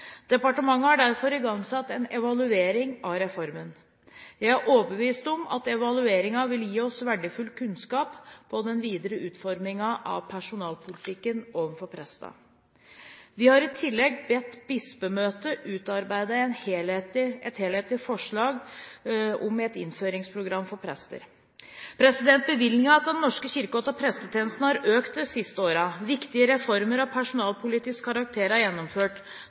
Departementet har derfor igangsatt en evaluering av reformen. Jeg er overbevist om at evalueringen vil gi oss verdifull kunnskap for den videre utformingen av personalpolitikken overfor prestene. Vi har i tillegg bedt Bispemøtet utarbeide et helhetlig forslag om et innføringsprogram for prester. Bevilgningene til Den norske kirke og til prestetjenesten har økt de siste årene. Viktige reformer av personalpolitisk karakter er gjennomført.